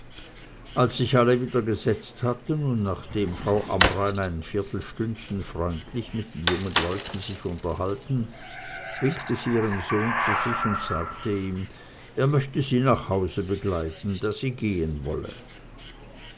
als alle sich wieder gesetzt hatten und nachdem sich frau amrain ein viertelstündchen freundlich mit den jungen leuten unterhalten winkte sie ihren sohn zu sich und sagte ihm er möchte sie nach hause begleiten da sie gehen wolle